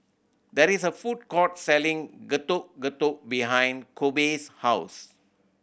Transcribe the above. there is a food court selling Getuk Getuk behind Kobe's house